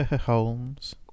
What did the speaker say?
Holmes